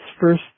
first